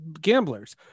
gamblers